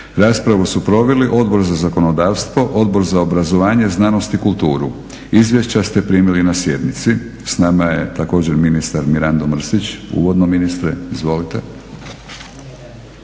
Raspravu su proveli Odbor za zakonodavstvo, Odbor za obrazovanje, znanost i kulturu. Izvješća ste primili na sjednici. S nama je također ministar Mirando Mrsić. Uvodno ministre? Izvolite.